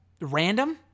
random